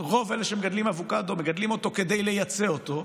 רוב אלה שמגדלים אבוקדו מגדלים אותו כדי לייצא אותו,